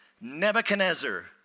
Nebuchadnezzar